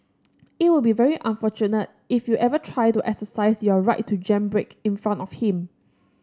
it will be very unfortunate if you ever try to exercise your right to jam brake in front of him